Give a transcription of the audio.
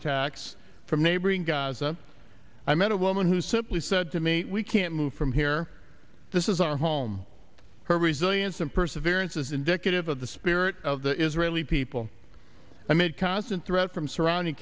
attacks from neighboring gaza i met a woman who simply said to me we can't move from here this is our home her resilience and perseverance is indicative of the spirit of the israeli people i made constant threat from surrounding